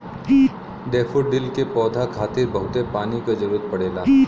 daffodil के पौधा खातिर बहुते पानी क जरुरत पड़ेला